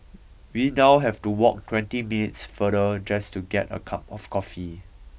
we now have to walk twenty minutes farther just to get a cup of coffee